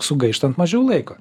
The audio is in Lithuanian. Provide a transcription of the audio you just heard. sugaištant mažiau laiko